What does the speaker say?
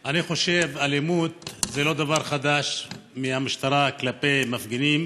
אני חושב שאלימות זה לא דבר חדש מהמשטרה כלפי מפגינים.